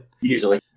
Usually